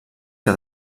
que